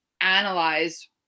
analyze